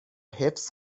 حفظ